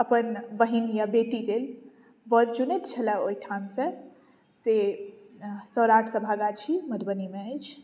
अपन बहिन या बेटी के बर चुनैत छलए ओहिठाम से से सौराठ सभा गाछी मधुबनी मे अछि